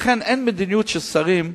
לכן אין מדיניות של שרים.